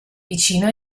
vicino